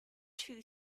two